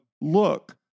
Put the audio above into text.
look